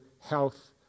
health